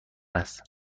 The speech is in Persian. است